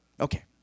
Okay